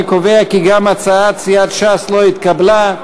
אני קובע כי גם הצעת סיעת ש"ס לא התקבלה.